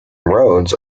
roads